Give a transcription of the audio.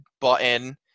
button